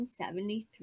1973